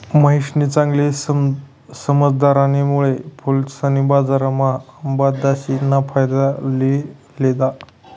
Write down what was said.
महेशनी चांगली समझदारीना मुळे फुलेसनी बजारम्हा आबिदेस ना फायदा लि लिदा